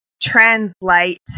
translate